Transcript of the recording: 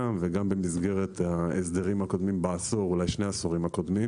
וגם במסגרת חוקי ההסדרים הקודמים בשני העשורים הקודמים